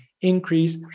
increase